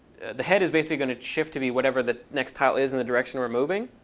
the head is basically going to shift to be whatever the next title is in the direction we're moving.